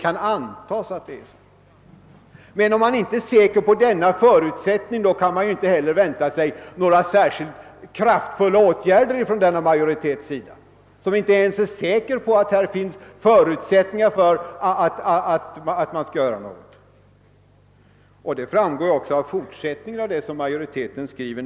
Man säger att det kan »antas» att det är så. Vi kan inte vänta oss några särskilt kraftfulla åtgärder från den majoritets sida, som inte ens är säker pa att här finns förutsättningar för at man skall göra något. Det framgår också av vad majoriteten i fortsättningen skriver.